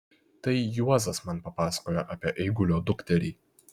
tai juozas man papasakojo apie eigulio dukterį